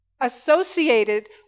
associated